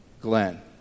Glenn